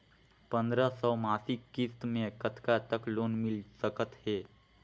पंद्रह सौ मासिक किस्त मे कतका तक लोन मिल सकत हे?